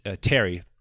Terry